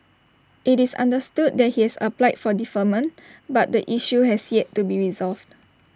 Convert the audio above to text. IT is understood that he has applied for deferment but the issue has yet to be resolved